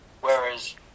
Whereas